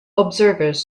observers